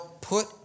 put